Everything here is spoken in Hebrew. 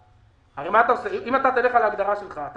--- הרי אם תלך על ההגדרה שלך אתה